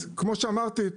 אז כמו שאמרתי,